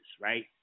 right